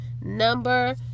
number